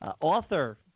author